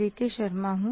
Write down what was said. एके शर्मा हूं